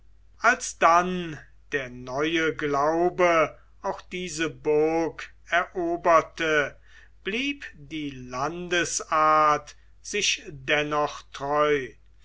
als dann der neue glaube auch diese burg eroberte blieb die landesart sich dennoch treu